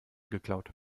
geklaut